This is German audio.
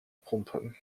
pumpen